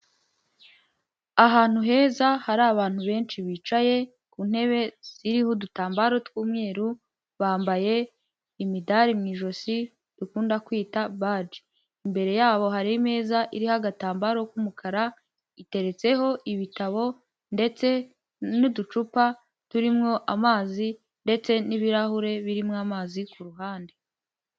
Ahantu heza hari abantu benshi bicaye ku ntebe ziriho udutambaro tw'umweru bambaye imidari mu ijosi dukunda kwita baji imbere yabo hari imeza iriho agatambaro k'umukara iteretseho ibitabo ndetse n'uducupa turimo amazi ndetse n'ibirahure birimo amazi ku ruhande.